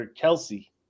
Kelsey